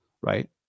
right